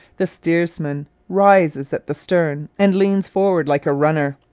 the steersman rises at the stern and leans forward like a runner.